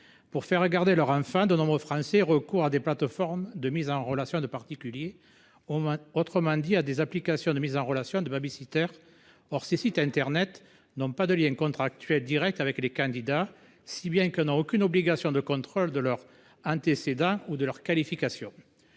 Pour faire garder leur enfant, de nombreux Français recourent à des plateformes de mise en relation de particuliers, en d’autres termes à des applications de mise en relation avec des baby sitters. Or ces sites internet n’ayant pas de liens contractuels directs avec les candidats, ils ne sont soumis à aucune obligation de contrôle des antécédents ou qualifications